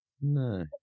No